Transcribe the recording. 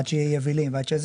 עד שיהיה יבילים וכו',